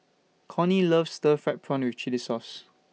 Cornie loves Stir Fried Prawn with Chili Sauce